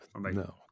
no